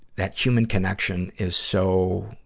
that human connection is so,